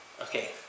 Okay